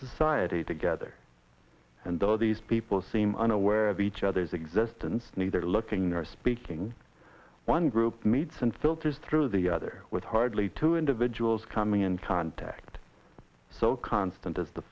society together and all these people seem unaware of each other's existence neither looking or speaking one group meets and filters through the other with hardly two individuals coming in contact so constant as the